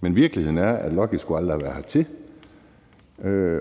men virkeligheden er, at Lucky aldrig skulle have været kommet hertil.